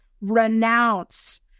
renounce